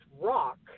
rock